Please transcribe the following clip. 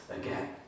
again